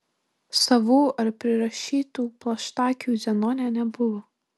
savų ar prirašytų plaštakių zenone nebuvo